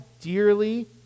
dearly